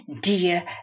dear